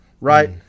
right